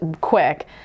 quick